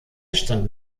stand